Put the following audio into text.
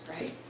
right